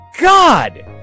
God